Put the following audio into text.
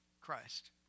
Christ